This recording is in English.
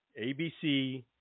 ABC